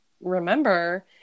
remember